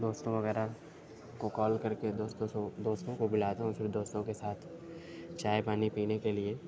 دوستوں وغیرہ کو کال کر کے دوستوں سو دوستوں کو بلاتا ہوں تو پھر دوستوں کے ساتھ چائے پانی پینے کے لیے